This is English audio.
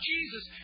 Jesus